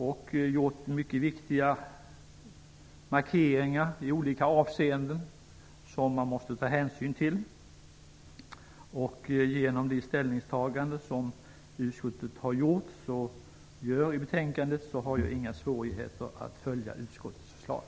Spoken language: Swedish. Vidare har mycket viktiga markeringar i olika avseenden gjorts som man måste ta hänsyn till. Genom det ställningstagande som utskottet gör i betänkandet har jag inga svårigheter att följa utskottets förslag.